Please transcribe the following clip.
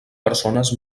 persones